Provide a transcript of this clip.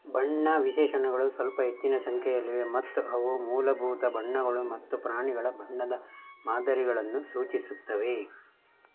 ಬಣ್ಣ ವಿಶೇಷಣಗಳು ಸ್ವಲ್ಪ ಹೆಚ್ಚಿನ ಸಂಖ್ಯೆಯಲ್ಲಿವೆ ಮತ್ತು ಅವು ಮೂಲಭೂತ ಬಣ್ಣಗಳು ಮತ್ತು ಪ್ರಾಣಿಗಳ ಬಣ್ಣದ ಮಾದರಿಗಳನ್ನು ಸೂಚಿಸುತ್ತವೆ